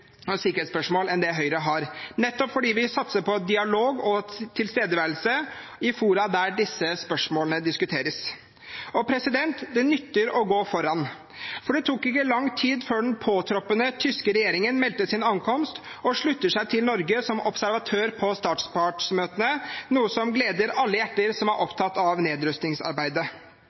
og sikkerhetsspørsmål enn det Høyre har, nettopp fordi vi satser på dialog og tilstedeværelse i fora der disse spørsmålene diskuteres. Det nytter å gå foran, for det tok ikke lang tid før den påtroppende tyske regjeringen meldte sin ankomst og sluttet seg til Norge som observatør på statspartsmøtene, noe som gleder alle hjerter som er opptatt av nedrustingsarbeidet.